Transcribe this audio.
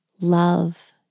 love